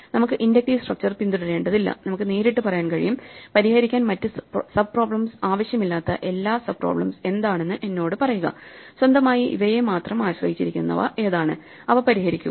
നമുക്ക് inductive structure പിന്തുടരേണ്ടതില്ല നമുക്ക് നേരിട്ട് പറയാൻ കഴിയും പരിഹരിക്കാൻ മറ്റു സബ് പ്രോബ്ലെംസ് ആവശ്യമില്ലാത്ത എല്ലാ സബ് പ്രോബ്ലെംസ് എന്താണെന്ന് എന്നോട് പറയുക സ്വന്തമായി ഇവയെ മാത്രം ആശ്രയിച്ചിരിക്കുന്നവ ഏതാണ് അവ പരിഹരിക്കുക